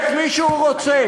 את מי שהוא רוצה.